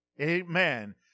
Amen